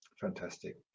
Fantastic